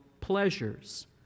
pleasures